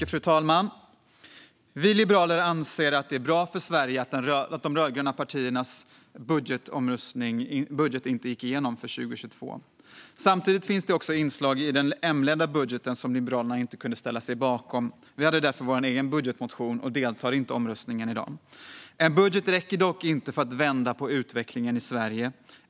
Fru talman! Vi liberaler anser att det var bra för Sverige att de rödgröna partiernas budget för 2022 inte gick igenom i omröstningen. Samtidigt fanns det inslag i den M-ledda budgeten som Liberalerna inte kunde ställa sig bakom. Vi hade därför vår egen budgetmotion och deltar inte i omröstningen i morgon. En budget räcker dock inte för att vända på utvecklingen i Sverige.